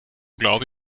glaube